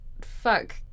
fuck